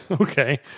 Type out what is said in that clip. Okay